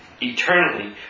eternally